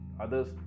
others